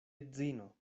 edzino